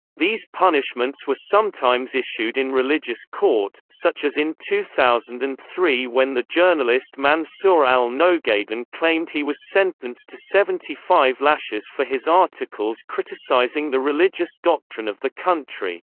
these punishments were sometimes issued in religious court, such as in two thousand and three when the journalist mansour al-nogaidan claimed he was sentenced to seventy five lashes for his articles criticizing the religious doctrine of the country.